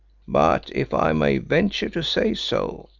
but, if i may venture to say so,